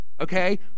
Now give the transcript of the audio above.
Okay